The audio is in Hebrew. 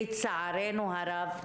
לצערנו הרב,